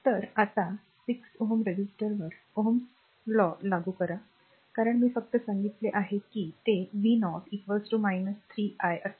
तर आता 6 Ω रेझिस्टरवर Ωs कायदा लागू करा कारण मी फक्त सांगितले आहे की ते v0 3 i असेल